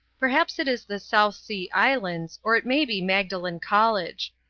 perhaps it is the south sea islands, or it may be magdalen college.